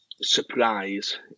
surprise